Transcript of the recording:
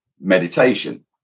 meditation